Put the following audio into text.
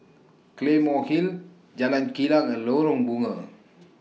Claymore Hill Jalan Kilang and Lorong Bunga